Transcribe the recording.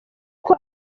com